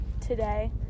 today